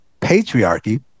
patriarchy